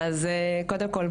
קודם כל,